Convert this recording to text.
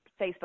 Facebook